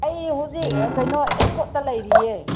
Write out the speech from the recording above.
ꯑꯩ ꯍꯧꯖꯤꯛ ꯀꯩꯅꯣ ꯑꯦꯌꯥꯔꯄꯣꯔꯠꯇ ꯂꯩꯔꯤꯌꯦ